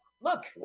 Look